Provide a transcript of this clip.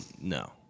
No